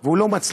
והוא לא מצליח,